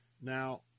Now